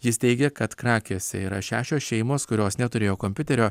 jis teigia kad krakėse yra šešios šeimos kurios neturėjo kompiuterio